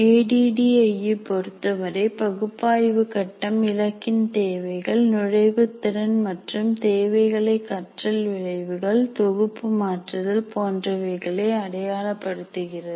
A D D I E பொருத்தவரை பகுப்பாய்வு கட்டம் இலக்கின் தேவைகள் நுழைவு திறன் மற்றும் தேவைகளை கற்றல் விளைவுகள் தொகுப்பு மாற்றுதல் போன்றவைகளை அடையாளப்படுத்துகிறது